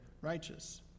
righteous